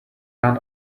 run